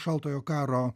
šaltojo karo